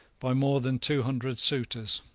by more than two hundred suitors.